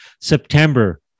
September